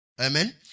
Amen